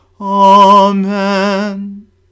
Amen